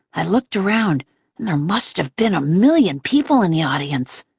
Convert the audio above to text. i looked around, and there must have been a million people in the audience.